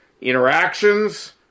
interactions